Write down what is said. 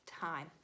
time